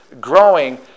growing